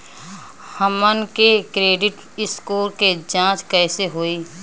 हमन के credit score के जांच कैसे होइ?